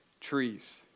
trees